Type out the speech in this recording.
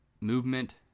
movement